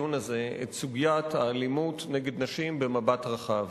הדיון הזה את סוגיית האלימות נגד נשים במבט רחב.